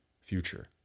future